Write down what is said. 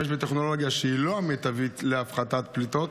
בטכנולוגיה שהיא לא המיטבית להפחתת פליטות?